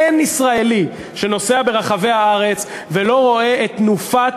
אין ישראלי שנוסע ברחבי הארץ ולא רואה את תנופת